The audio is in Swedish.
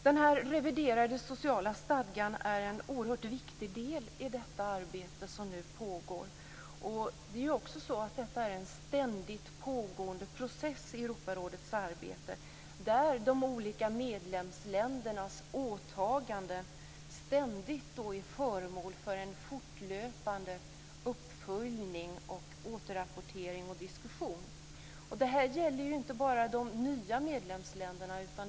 Den reviderade sociala stadgan är en oerhört viktig del i det arbete som pågår. Detta är en ständigt pågående process i Europarådets arbete där de olika medlemsländernas åtaganden ständigt är föremål för en fortlöpande uppföljning, återrapportering och diskussion. Det gäller inte bara de nya medlemsländerna.